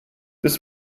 bis